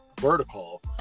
vertical